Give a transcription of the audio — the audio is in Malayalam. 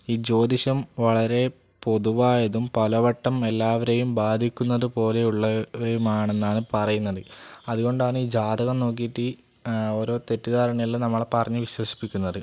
ഈ ജ്യോതിഷം വളരെ പൊതുവായതും പലവട്ടം എല്ലാവരേയും ബാധിക്കുന്നത് പോലെയുള്ളവയും ആണെന്നാണ് പറയുന്നത് അതുകൊണ്ടാണ് ഈ ജാതകം നോക്കിയിട്ട് അ ഓരോ തെറ്റിധാരണയെല്ലാം നമ്മളെ പറഞ്ഞ് വിശ്വസിപ്പിക്കുന്നത്